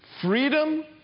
Freedom